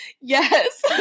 Yes